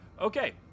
Okay